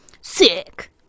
sick